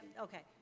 Okay